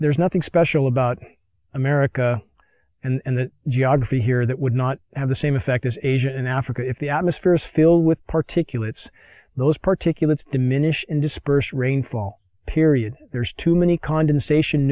there's nothing special about america and the geography here that would not have the same effect as asia and africa if the atmosphere is filled with particulates those particulates diminish in dispersed rainfall period there's too many condensation